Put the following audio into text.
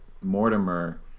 mortimer